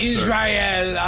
Israel